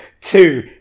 two